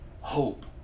hope